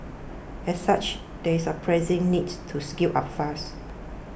as such there is a pressing need to scale up fast